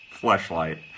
fleshlight